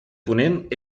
ponent